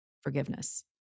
forgiveness